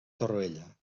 torroella